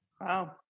wow